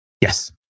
Yes